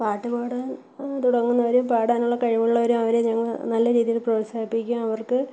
പാട്ട് പാടാൻ തുടങ്ങുന്നവരെയും പാടാനുള്ള കഴിവുള്ളവരെയും അവരെ ഞങ്ങള് നല്ല രീതിയില് പ്രോത്സാഹിപ്പിക്കുകയും അവർക്ക്